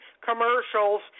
commercials